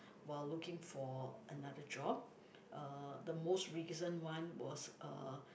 while looking for another job uh the most recent one was uh